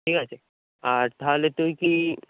ঠিক আছে আর তাহলে তুই কি